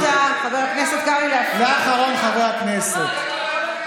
(חבר הכנסת שלמה